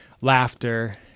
laughter